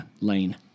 Lane